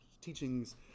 teachings